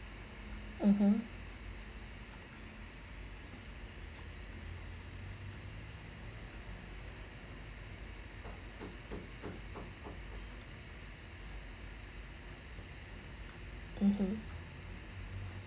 (uh huh) (uh huh)